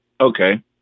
Okay